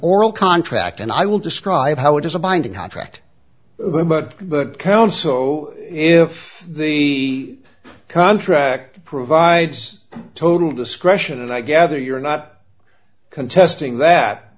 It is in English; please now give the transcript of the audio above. oral contract and i will describe how it is a binding contract but good code so if the contract provides total discretion and i gather you're not contesting that